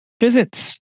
visits